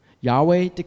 Yahweh